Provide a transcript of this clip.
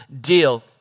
deal